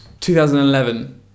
2011